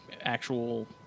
actual